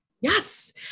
Yes